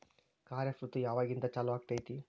ಖಾರಿಫ್ ಋತು ಯಾವಾಗಿಂದ ಚಾಲು ಆಗ್ತೈತಿ?